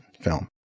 film